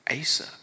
Asa